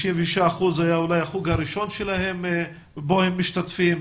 66% זה היה החוג הראשון שבו הם משתתפים.